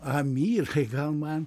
amirai gal man